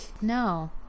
No